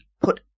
put